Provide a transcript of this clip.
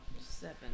Seven